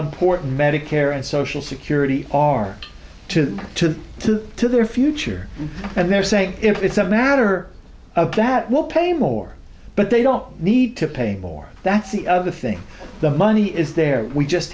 important medicare and social security are to to to to their future and they're saying if it's a matter of that we'll pay more but they don't need to pay more that's the other thing the money is there we just